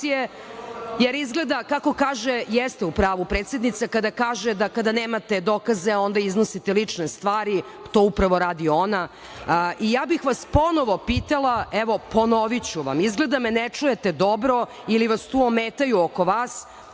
jer izgleda, kako kaže, jeste u pravu predsednica kada kaže da kada nemate dokaze, onda iznosite lične stvari. To upravo radi ona. Ja bih vas ponovo pitala, evo, ponoviću vam. Izgleda me ne čujete dobro ili vas tu ometaju oko vas.